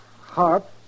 Harp